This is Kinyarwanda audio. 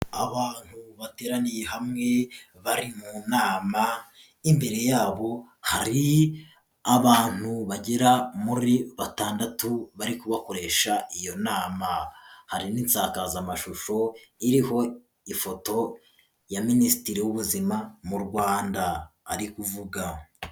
Abantu bateraniye hamwe bari mu nama, imbere yabo hari abantu bagera muri batandatu bari kubakoresha iyo nama, hari n'insakazamashusho iriho ifoto ya minisitiri w'ubuzima mu Rwanda ari ukuvuga.